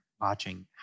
watching